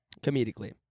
Comedically